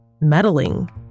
meddling